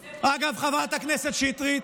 אגב, חברת הכנסת שטרית,